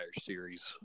series